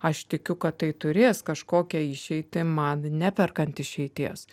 aš tikiu kad tai turės kažkokią išeitį man neperkant išeities